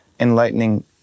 enlightening